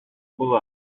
була